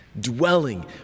dwelling